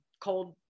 cold